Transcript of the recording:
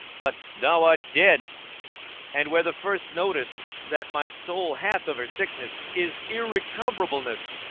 but thou art dead and where the first notice that my soul hath of her sickness is irrecoverableness,